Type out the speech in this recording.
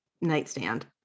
nightstand